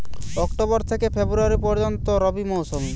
October থেকে ফেব্রুয়ারি পর্যন্ত রবি মৌসুম